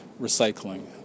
recycling